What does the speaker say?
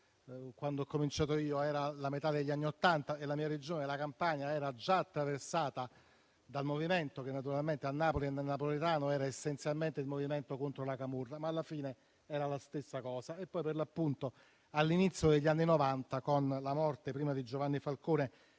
Quando ho cominciato io era la metà degli anni Ottanta e la mia Regione, la Campania, era già attraversata dal movimento che naturalmente a Napoli e nel Napoletano era essenzialmente contro la camorra, ma alla fine era la stessa cosa. Poi, per l'appunto, all'inizio degli anni Novanta, con la morte prima di Giovanni Falcone